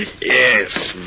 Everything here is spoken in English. Yes